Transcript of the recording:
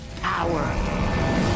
power